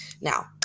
Now